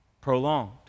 Prolonged